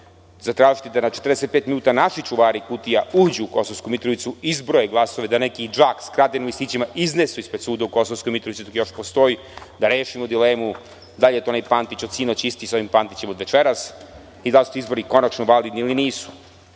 zatražiti da na 45 minuta naši čuvari kutija, uđu u Kosovsku Mitrovicu, izbroje glasove, da neki džak sa kradenim listićima iznesu ispred suda u Kosovskoj Mitrovici, dok još postoji i da rešimo dilemu, da li je to onaj Pantić od sinoć isti sa ovim Pantićem od večeras i da li su ti izbori konačno validni ili